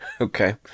Okay